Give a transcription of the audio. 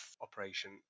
operation